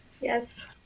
Yes